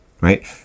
right